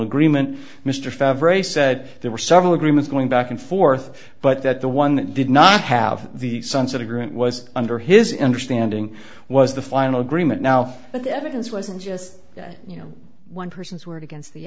agreement mr five race said there were several agree it's going back and forth but that the one that did not have the sunset agreement was under his ender standing was the final agreement now but the evidence wasn't just you know one person's word against the